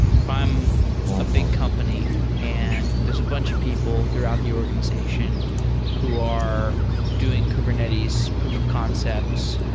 if i am a big company and there's a bunch of people throughout the organization who are doing kubernetes proof of concepts,